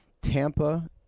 tampa